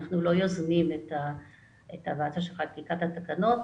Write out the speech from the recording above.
אנחנו לא יוזמים את הוועדה של חקיקת התקנות.